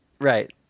right